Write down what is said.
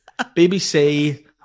BBC